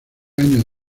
años